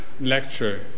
lecture